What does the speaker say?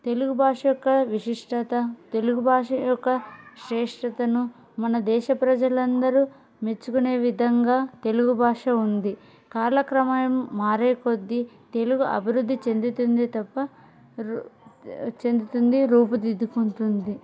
తెలుగు భాష యొక్క విశిష్టత తెలుగు భాష యొక్క శ్రేష్టతను మన దేశ ప్రజలందరూ మెచ్చుకునే విధంగా తెలుగు భాష ఉంది కాలక్రమేణా మారే కొద్ది తెలుగు అభివృద్ధి చెందుతుంది తప్ప చెందుతుంది రూపుదిద్దుకుంటుంది